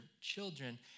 children